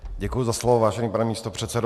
Děkuji za slovo, vážený pane místopředsedo.